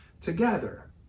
together